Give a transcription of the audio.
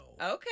okay